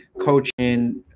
coaching